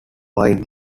wine